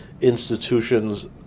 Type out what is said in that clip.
institutions